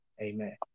Amen